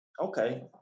Okay